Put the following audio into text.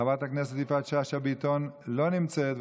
חברת הכנסת יפעת שאשא ביטון לא נמצאת,